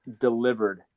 delivered